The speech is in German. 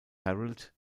herald